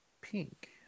pink